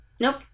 Nope